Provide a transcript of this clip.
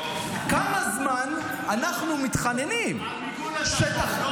כמה זמן אנחנו מתחננים, על מיגון השטח, לא